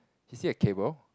you see a cable